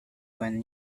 when